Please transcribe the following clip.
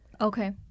Okay